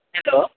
hello